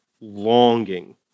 longing